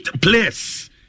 place